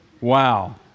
Wow